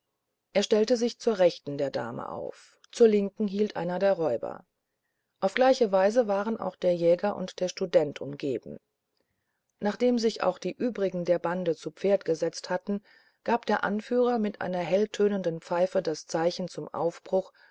er stellte sich zur rechten der dame auf zur linken hielt einer der räuber auf gleiche weise waren auch der jäger und der student umgeben nachdem sich auch die übrige bande zu pferd gesetzt hatte gab der anführer mit einer helltönenden pfeife das zeichen zum aufbruch